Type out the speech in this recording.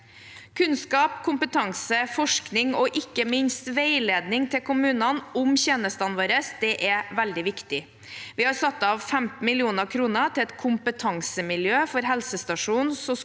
Kunnskap, kompetanse, forskning og ikke minst veiledning til kommunene om tjenestene våre er veldig viktig. Vi har satt av 15 mill. kr til et kompetansemiljø for helsestasjons- og skolehelsetjenesten.